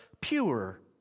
pure